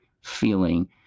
feeling